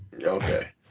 Okay